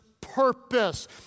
purpose